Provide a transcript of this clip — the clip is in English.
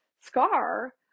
scar